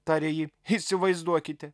tarė ji įsivaizduokite